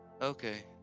Okay